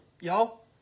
y'all